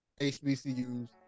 hbcus